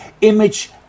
image